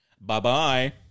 Bye-bye